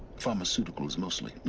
pharmaceuticals, mostly.